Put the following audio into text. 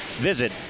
Visit